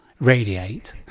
radiate